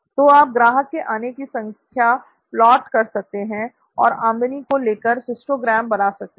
तो आप ग्राहक के आने की संख्या प्लॉट कर सकते हैं और आमदनी को लेकर हिस्टोग्राम बना सकते हैं